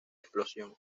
explosión